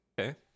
Okay